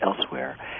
elsewhere